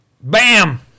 Bam